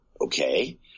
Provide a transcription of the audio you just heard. okay